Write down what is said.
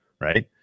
right